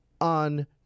on